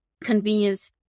convenience